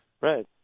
Right